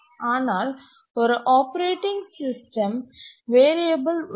ஆனால் ஒரு operating system variable உள்ளது